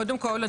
קודם כול,